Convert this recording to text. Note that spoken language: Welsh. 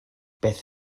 beth